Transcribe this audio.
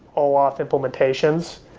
oauth implementations.